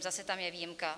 Zase tam je výjimka.